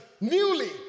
newly